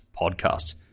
podcast